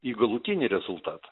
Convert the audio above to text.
į galutinį rezultatą